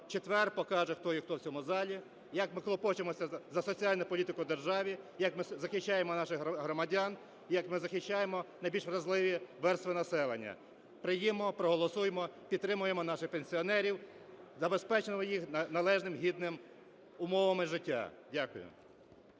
четвер покаже, хто є хто в цьому залі, як ми клопочемося за соціальну політику в державі, як ми захищаємо наших громадян, як ми захищаємо найбільш вразливі верстви населення. Прийдімо, проголосуємо, підтримаємо наших пенсіонерів, забезпечимо їх належними гідними умовами життя. Дякую.